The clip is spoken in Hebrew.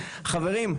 חברים,